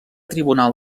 tribunal